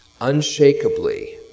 unshakably